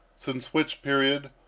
since which period,